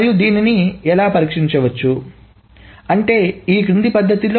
మరియు దీన్ని ఎలా పరిష్కరించవచ్చు అంటే ఈ క్రింది పద్ధతిలో